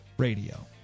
radio